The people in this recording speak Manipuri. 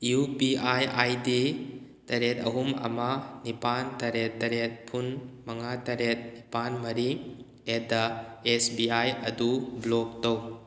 U P I I D ꯇꯔꯦꯠ ꯑꯍꯨꯝ ꯑꯃ ꯅꯤꯄꯥꯜ ꯇꯔꯦꯠ ꯇꯔꯦꯠ ꯐꯨꯟ ꯃꯉꯥ ꯇꯔꯦꯠ ꯅꯤꯄꯥꯜ ꯃꯔꯤ ꯑꯦꯠ ꯗ ꯑꯦꯁ ꯕꯤ ꯑꯥꯏ ꯑꯗꯨ ꯕ꯭ꯂꯣꯛ ꯇꯧ